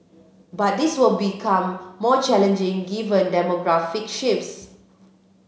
but this will become more challenging given demographic shifts